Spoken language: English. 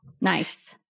Nice